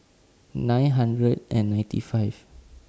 nine hundred and ninety five